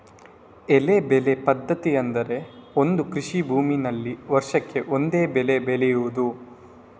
ಏಕ ಬೆಳೆ ಪದ್ಧತಿ ಅಂದ್ರೆ ಒಂದು ಕೃಷಿ ಭೂಮಿನಲ್ಲಿ ವರ್ಷಕ್ಕೆ ಒಂದೇ ಬೆಳೆ ಬೆಳೆಯುದು